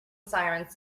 sirens